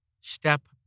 step